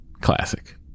Classic